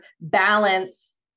balance